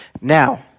Now